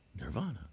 Nirvana